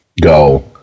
go